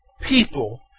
people